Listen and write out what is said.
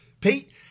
Pete